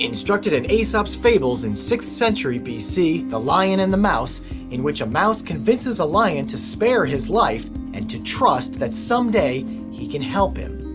instructed in aesop's fables in sixth century bc the lion and the mouse in which a mouse convinces a lion to spare his life and to trust that someday he can help him.